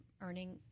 earning